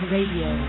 Radio